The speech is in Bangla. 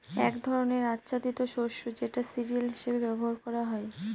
এক ধরনের আচ্ছাদিত শস্য যেটা সিরিয়াল হিসেবে ব্যবহার করা হয়